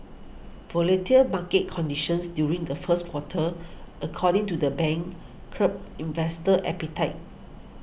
volatile market conditions during the first quarter according to the bank curbed investor appetite